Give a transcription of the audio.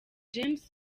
james